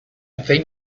think